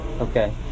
Okay